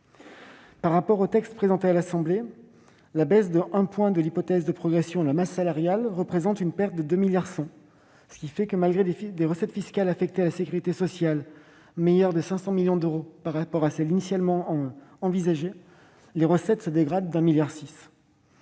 Par rapport au texte présenté à l'Assemblée nationale, la baisse de 1 point de l'hypothèse de progression de la masse salariale représente une perte de 2,1 milliards d'euros, ce qui fait que, malgré des recettes fiscales affectées à la sécurité sociale améliorées de 500 millions d'euros par rapport à celles qui avaient été initialement envisagées, les recettes se dégradent de 1,6 milliard